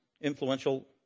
influential